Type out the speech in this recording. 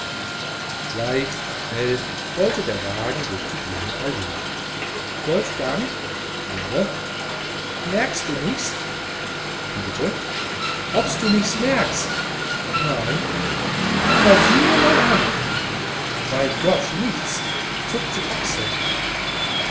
leicht und schnell rollte der wagen durch die grüne allee wolfgang claire merks du nichs wie bitte obs du nichs merks nein na aber süh mir mal an bei gott nichts zuckt die achseln